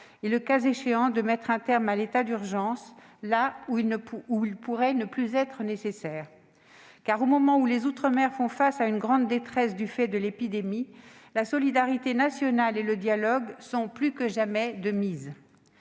et, le cas échéant, de mettre un terme à l'état d'urgence là où il pourrait ne plus être nécessaire. Au moment où les outre-mer sont dans une grande détresse du fait de l'épidémie, la solidarité nationale et le dialogue sont plus que jamais de mise.